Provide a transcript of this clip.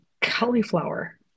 cauliflower